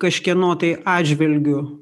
kažkieno tai atžvilgiu